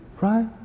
right